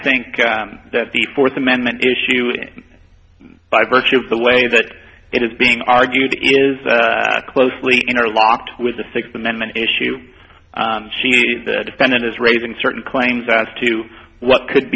think that the fourth amendment issue by virtue of the way that it is being argued is closely interlocked with the sixth amendment issue she the defendant is raising certain claims as to what could